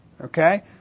Okay